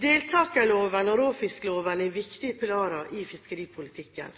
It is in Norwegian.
Deltakerloven og råfiskloven er viktige pilarer i fiskeripolitikken.